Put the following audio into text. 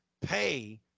pay